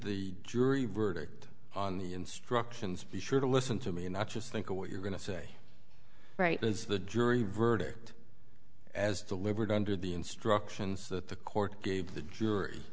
the jury verdict on the instructions be sure to listen to me and i just think what you're going to say right now is the jury verdict as delivered under the instructions that the court gave the jury